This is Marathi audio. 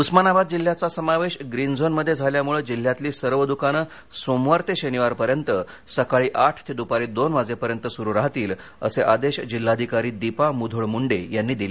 उस्मानाबाद जिल्ह्याचा समावेश ग्रीन झोन मध्ये झाल्यामुळे जिल्ह्याताली सर्व दुकानं सोमवार ते शनिवार पर्यंत सकाळी आठ ते दुपारी दोन वाजेपर्यंत सुरू राहतील असे आदेश जिल्हाधिकारी दीपा मुधोळ मुंडे यांनी दिले